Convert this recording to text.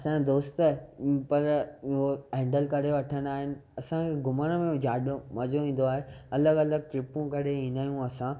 असांजा दोस्त पर उहो हैंडल करे वठंदा आहिनि असांखे घुमण में ॾाढो मज़ो ईंदो आहे अलॻि अलॻि ट्रिपूं करे ईंदा आहियूं असां